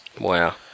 Wow